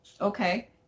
okay